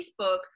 Facebook